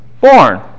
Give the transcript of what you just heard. born